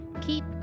Keep